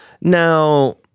Now